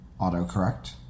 autocorrect